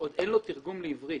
עוד אין לו תרגום לעברית.